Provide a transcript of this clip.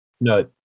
No